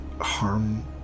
harm